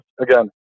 Again